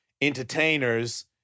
entertainers